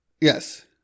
Yes